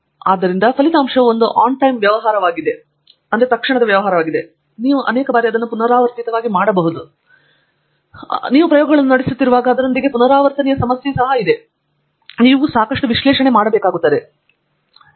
ಆದ್ದರಿಂದ ಈ ಫಲಿತಾಂಶವು ಒಂದು ಆನ್ಟೈಮ್ ವ್ಯವಹಾರವಾಗಿದ್ದರೆ ಅಥವಾ ನೀವು ಅನೇಕ ಬಾರಿ ಪುನರಾವರ್ತಿತವಾಗಿ ಇದನ್ನು ಮಾಡಬಹುದು ಮತ್ತು ನೀವು ಅನೇಕ ಸಂದರ್ಭಗಳಲ್ಲಿ ನೀವು ಪ್ರಯೋಗಗಳನ್ನು ನಡೆಸುತ್ತಿರುವಾಗ ಅದರೊಂದಿಗೆ ಪುನರಾವರ್ತನೀಯ ಸಮಸ್ಯೆ ಇದೆ ನೀವು ಸಾಕಷ್ಟು ಪುನರಾವರ್ತನೀಯ ವಿಶ್ಲೇಷಣೆ ಮಾಡಬೇಕಾಗಿರುತ್ತದೆ